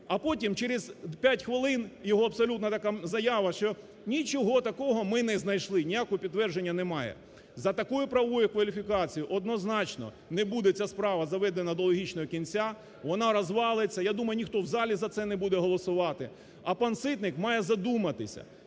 А потім через п'ять хвилин його абсолютна така заява, що нічого такого ми не знайшли, ніякого підтвердження немає. За такою правовою кваліфікацією однозначно не буде ця справа заведена до логічного кінця, вона розвалиться. Я думаю, ніхто в залі за це не буде голосувати. А пан Ситник має задуматися.